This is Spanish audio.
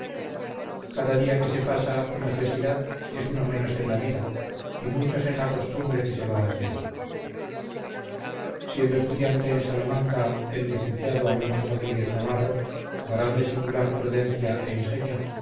cada día que se pasa en ociosidad es uno menos en la vida y muchos en la costumbre que se va haciendo siendo estudiante en salamanca el licenciado alonso rodríguez navarro varón de singular prudencia e ingenio